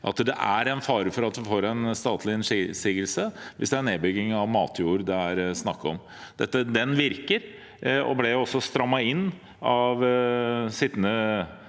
terskel og en fare for at vi får en statlig innsigelse hvis det er nedbygging av matjord det er snakk om. Det virker, og ble også strammet inn av sittende